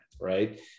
right